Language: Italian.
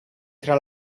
tra